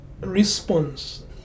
response